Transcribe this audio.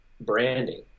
branding